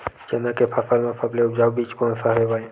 चना के फसल म सबले उपजाऊ बीज कोन स हवय?